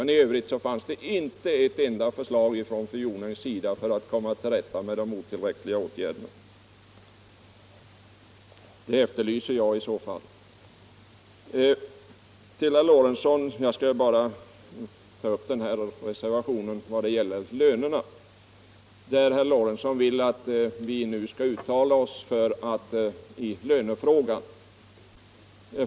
Men i övrigt var det inte ett enda förslag från fru Jonängs sida för att komma till rätta med de otillräckliga åtgärderna. Sådana förslag efterlyser jag. Till herr Lorentzon skall jag bara säga något om reservationen beträffande lönerna. Herr Lorentzon vill där att vi skall uttala oss i lönefrågan.